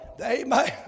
Amen